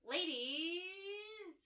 Ladies